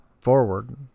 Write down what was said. forward